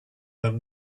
them